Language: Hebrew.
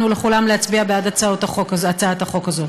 ולכולם להצביע בעד הצעת החוק הזאת.